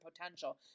potential